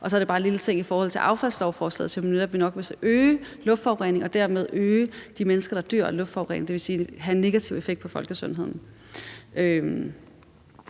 Og så er der bare en lille ting i forhold til affaldslovforslaget, som jo netop nok vil øge luftforureningen og dermed øge antallet af mennesker, der dør af luftforurening, dvs. have en negativ effekt på folkesundheden.